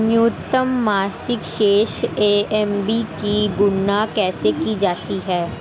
न्यूनतम मासिक शेष एम.ए.बी की गणना कैसे की जाती है?